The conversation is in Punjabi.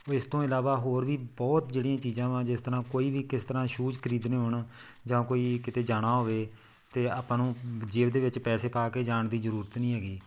ਇਸ ਤੋਂ ਇਲਾਵਾ ਹੋਰ ਵੀ ਬਹੁਤ ਜਿਹੜੀਆਂ ਚੀਜ਼ਾਂ ਵਾ ਜਿਸ ਤਰ੍ਹਾਂ ਕੋਈ ਵੀ ਕਿਸ ਤਰ੍ਹਾਂ ਸ਼ੂਜ਼ ਖਰੀਦਣੇ ਹੋਣ ਜਾਂ ਕੋਈ ਕਿਤੇ ਜਾਣਾ ਹੋਵੇ ਤਾਂ ਆਪਾਂ ਨੂੰ ਜੇਬ ਦੇ ਵਿੱਚ ਪੈਸੇ ਪਾ ਕੇ ਜਾਣ ਦੀ ਜ਼ਰੂਰਤ ਨਹੀਂ ਹੈਗੀ